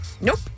Nope